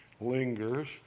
lingers